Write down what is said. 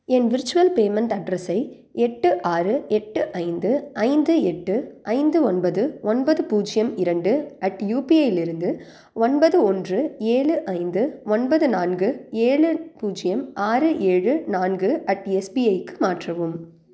என் virtual payment அட்ரஸை எட்டு ஆறு எட்டு ஐந்து ஐந்து எட்டு ஐந்து ஒன்பது ஒன்பது பூஜ்ஜியம் இரண்டு அட் யுபிஐயிலிருந்து ஒன்பது ஒன்று ஏழு ஐந்து ஒன்பது நான்கு ஏழு பூஜ்ஜியம் ஆறு ஏழு நான்கு அட் எஸ்பிஐக்கு மாற்றவும்